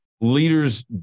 leaders